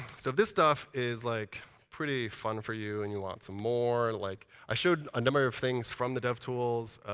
so this stuff is like pretty fun for you, and you want some more. like i showed a number of things from the devtools.